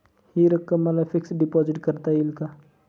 हि रक्कम मला फिक्स डिपॉझिट करता येईल का?